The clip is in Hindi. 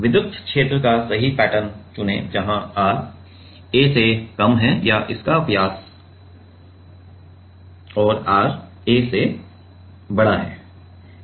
विद्युत क्षेत्र का सही पैटर्न चुनें जहां r a से कम है या इसका व्यास है और r a से बड़ा है